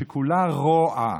שכולם רוע,